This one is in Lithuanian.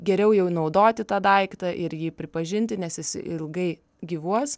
geriau jau naudoti tą daiktą ir jį pripažinti nes jis ilgai gyvuos